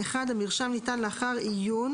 המרשם ניתן לאחר עיון